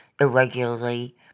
irregularly